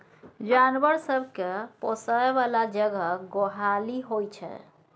जानबर सब केँ पोसय बला जगह गोहाली होइ छै